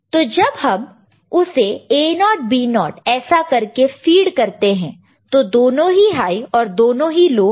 तो जब हम उसे A0 B0 ऐसे करके फिड करते हैं तो दोनों ही हाई है और दोनों ही लो है